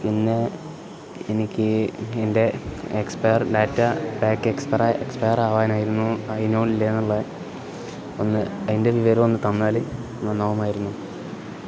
പിന്നെ എനിക്ക് എൻ്റെ എക്സ്പയർ ഡാറ്റ ബക്ക് എക്സ്പ എക്സ്പയർ ആവാനായിരുന്നു അയിനോല്ലേന്നുള്ള ഒന്ന് അയിൻ്റെ വിവര ഒന്ന് തന്നാല് നന്നോവമായിരുന്നു